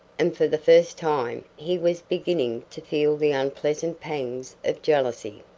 and for the first time he was beginning to feel the unpleasant pangs of jealousy.